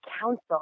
council